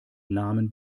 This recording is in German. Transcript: namen